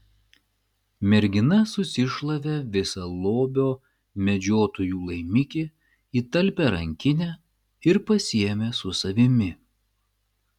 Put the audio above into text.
mergina susišlavė visą lobio medžiotojų laimikį į talpią rankinę ir pasiėmė su savimi